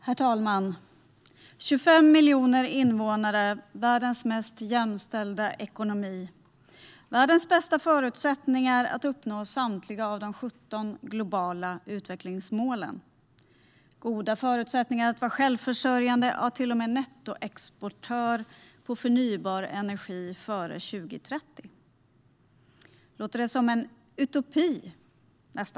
Herr talman! 25 miljoner invånare, världens mest jämställda ekonomi, världens bästa förutsättningar att uppnå samtliga av de 17 globala utvecklingsmålen, goda förutsättningar att vara självförsörjande, ja, till och med nettoexportör av förnybar energi före 2030 - låter det som en utopi?